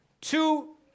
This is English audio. two